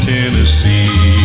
Tennessee